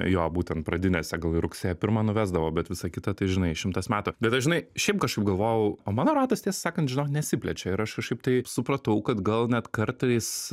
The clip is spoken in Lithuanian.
jo būtent pradinėse gal į rugsėjo pirmą nuvesdavo bet visa kita tai žinai šimtas metų bet aš žinai šiaip kažkaip galvojau o mano ratas tiesą sakant žinok nesiplečia ir aš kažkaip tai supratau kad gal net kartais